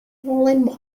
fallen